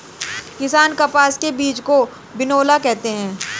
किसान कपास के बीज को बिनौला कहते है